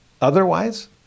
otherwise